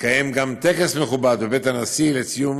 התקיים גם טקס מכובד בבית הנשיא לציון